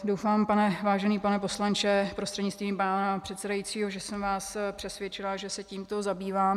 Doufám, vážený pane poslanče prostřednictvím pana předsedajícího, že jsem vás přesvědčila, že se tímto zabývám.